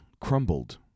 crumbled